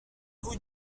vous